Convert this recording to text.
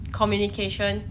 communication